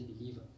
believer